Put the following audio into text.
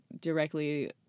directly